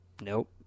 Nope